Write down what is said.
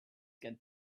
get